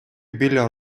біля